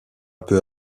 peu